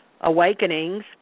awakenings